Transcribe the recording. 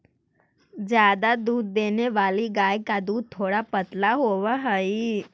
ज्यादा दूध देने वाली गाय का दूध थोड़ा पतला होवअ हई